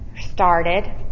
started